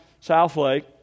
Southlake